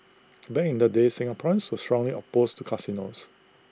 back in the day Singaporeans were strongly opposed to casinos